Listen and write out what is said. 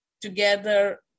together